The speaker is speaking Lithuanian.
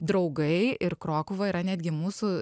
draugai ir krokuva yra netgi mūsų